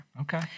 Okay